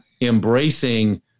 embracing